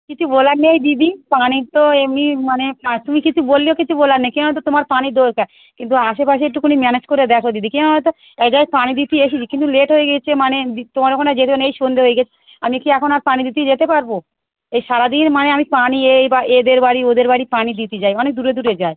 কিছু বলার নেই দিদি পানি তো এমনি মানে তা তুমি কিছু বললেও কিছু বলার নেই কেন তো তোমার পানি দরকার কিন্তু আশেপাশে একটুকুনি ম্যানেজ করে দেখো দিদি কেন বলতো এক জাগায় পানি দিতে এসেছি কিন্তু লেট হয়ে গিয়েছে মানে দি তোমার ওখানটায় যেতে নেই সন্দে হয়ে গেছ আমি কি এখন আর পানি দিতে যেতে পারবো এই সারা দিন মানে আমি পানি এই বা এদের বাড়ি ওদের বাড়ি পানি দিতে যাই অনেক দূরে দূরে যায়